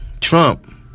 Trump